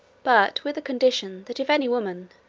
but with a condition that if any woman,